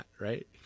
Right